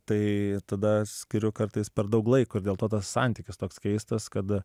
tai tada skiriu kartais per daug laiko ir dėl to tas santykis toks keistas kad